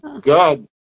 God